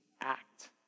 act